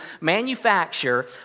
manufacture